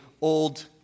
Old